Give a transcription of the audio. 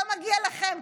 לא מגיע לכם,